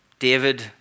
David